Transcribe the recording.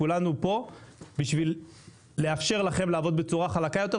כולנו פה כדי לאפשר לכם לעבוד בצורה חלקה יותר,